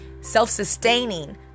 self-sustaining